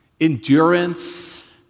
endurance